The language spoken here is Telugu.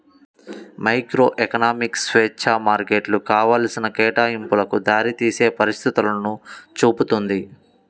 మైక్రోఎకనామిక్స్ స్వేచ్ఛా మార్కెట్లు కావాల్సిన కేటాయింపులకు దారితీసే పరిస్థితులను చూపుతుంది